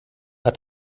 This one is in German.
hat